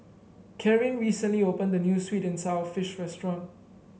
Karyn recently opened a new sweet and sour fish restaurant